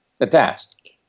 attached